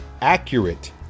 accurate